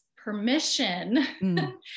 permission